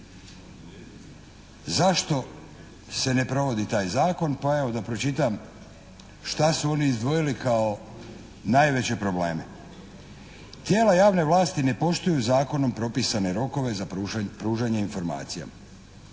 zašto se ne provodi taj zakon, pa evo da pročitam šta su oni izdvojili kao najveće probleme. "Tijela javne vlasti ne poštuju zakonom propisane rokove za pružanje informacije.